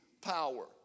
power